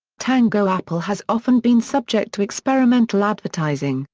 tango apple has often been subject to experimental advertising,